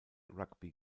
rugby